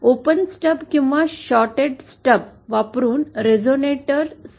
open stub किंवा shorted stub वापरुन resonator मालिके मध्ये जोडणे शक्य नाही